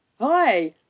Hi